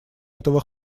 этого